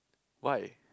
why